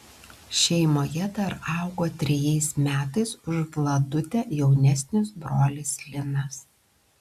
šeimoje dar augo trejais metais už vladutę jaunesnis brolis linas